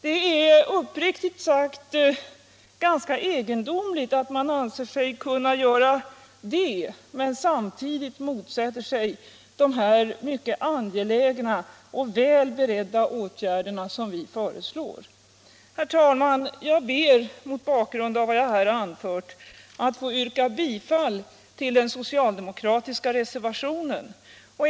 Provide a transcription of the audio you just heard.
Det är uppriktigt sagt ganska egendomligt att man anser sig kunna göra detta samtidigt som man motsätter sig de mycket angelägna och väl beredda åtgärder som vi föreslår. Herr talman! Jag ber att mot bakgrund av vad jag här har anfört få yrka bifall till den socialdemokratiska reservationen.